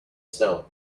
snow